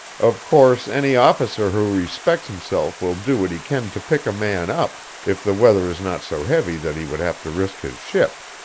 of course, any officer who respects himself will do what he can to pick a man up, if the weather is not so heavy that he would have to risk his ship